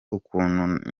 ukuntu